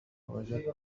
وجد